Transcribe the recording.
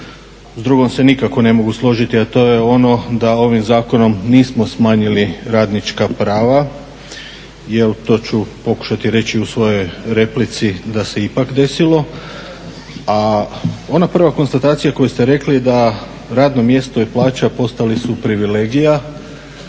s drugom se nikako ne mogu složiti. A to je ono da ovim zakonom nismo smanjili radnička prava, jel to ću pokušati reći i u svojoj replici da se ipak desilo. A ona prva konstatacija koju ste rekli, da radno mjesto i plaća postali su privilegija